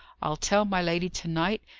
i'll tell my lady to-night,